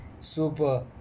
super